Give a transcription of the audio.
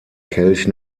kelch